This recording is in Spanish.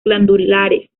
glandulares